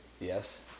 yes